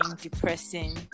depressing